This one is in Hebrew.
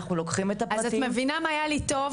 אנחנו לוקחים את הפרטים --- אז את מבינה מה היה לי טוב?